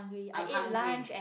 I'm hungry